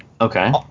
Okay